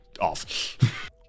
off